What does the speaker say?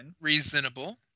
reasonable